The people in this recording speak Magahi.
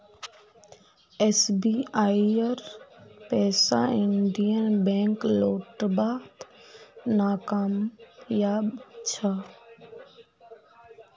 एसबीआईर पैसा इंडियन बैंक लौटव्वात नाकामयाब छ